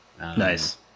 Nice